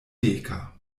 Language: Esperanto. deka